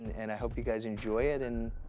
and i hope you guys enjoy it. and,